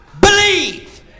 believe